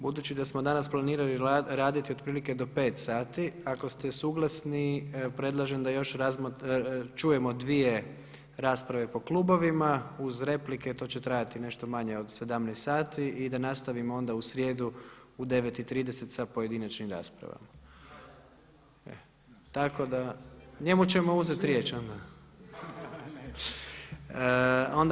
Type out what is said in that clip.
Budući da smo danas planirali raditi otprilike do 17 sati ako ste suglasni evo predlažem da još čujemo dvije rasprave po klubovima uz replike to će trajati nešto manje od 17 sati i da nastavimo onda u srijedu u 9,30 sa pojedinačnim raspravama. … [[Upadica se ne razumije.]] Njemu ćemo uzeti riječ onda.